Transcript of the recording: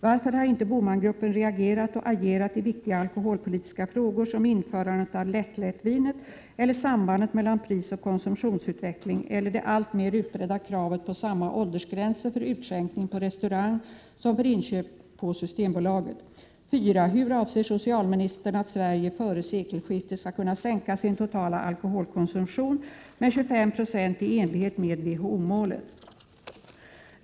Varför har inte BOMAN-gruppen reagerat och agerat i viktiga alkoholpolitiska frågor som införandet av lätt-lättvinet eller sambandet mellan pris och konsumtionsutvecklingen eller det alltmer utbredda kravet på samma åldersgränser för utskänkning på restaurang som för inköp på Systembolaget? 4. Hur avser socialministern att Sverige före sekelskiftet skall kunna sänka sin totala alkoholkonsumtion med 25 9 i enlighet med WHO-målet?